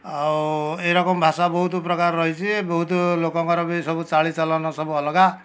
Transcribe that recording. ଆଉ ଏ ରକମ ଭାଷା ବହୁତ ପ୍ରକାର ରହିଛି ବହୁତ ଲୋକଙ୍କର ବି ସବୁ ଚାଲି ଚଳନ ସବୁ ଅଲଗା